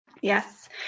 yes